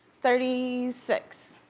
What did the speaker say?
thirty six.